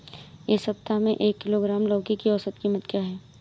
इस सप्ताह में एक किलोग्राम लौकी की औसत कीमत क्या है?